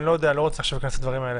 אני לא רוצה עכשיו להיכנס לדברים האלה.